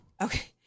Okay